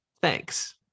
thanks